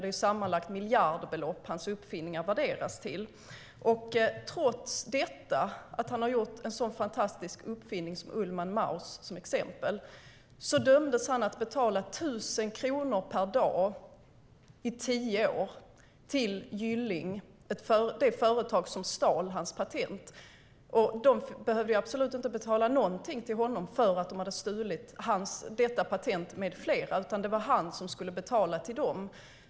Det är sammanlagt miljardbelopp som hans uppfinningar värderas till. Trots att han har gjort en så fantastisk uppfinning som Ullman Mouse dömdes han att betala 1 000 kronor per dag i tio år till Gylling, det företag som stal hans patent. De behövde inte betala någonting alls till honom för att de hade stulit detta patent med flera, utan det var han som skulle betala till dem.